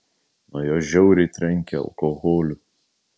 nuo jo žiauriai trenkia alkoholiu